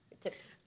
tips